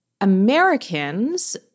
Americans